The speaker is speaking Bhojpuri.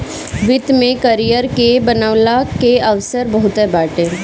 वित्त में करियर के बनवला के अवसर बहुते बाटे